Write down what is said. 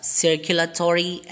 circulatory